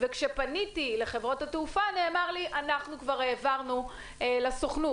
וכשפניתי לחברות התעופה נאמר לי: אנחנו כבר העברנו לסוכנות.